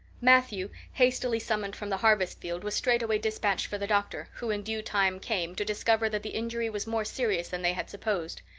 matthew, hastily summoned from the harvest field, was straightway dispatched for the doctor, who in due time came, to discover that the injury was more serious than they had supposed.